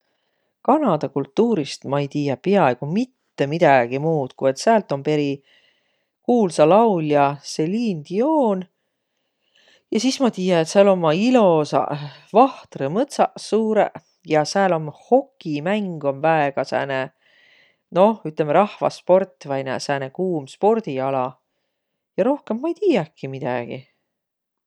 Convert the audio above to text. Kanada kultuurist ma ei tiiäq piaaigu mitte midägi muud, ku et säält om peri kuulsa laulja Celine Dion. Ja sis ma tiiä, et sääl ommaq ilosaq vahtrõmõtsaq suurõq ja sääl om hokimäng om väega sääne, noh ütlemi rahvasport vai nä- sääne kuum spordiala. Ja rohkõmb ma ei tiiäki midägi.